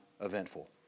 eventful